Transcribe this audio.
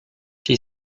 she